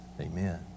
Amen